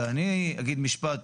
ואני אגיד משפט